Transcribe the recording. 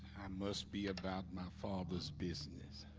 must be about my father's business